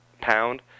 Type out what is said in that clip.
pound